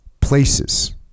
Places